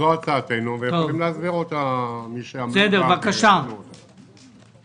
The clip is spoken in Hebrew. זאת הצעתנו וצריך להסביר אותה מי שאמון על הדברים.